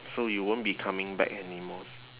so you won't be coming back anymores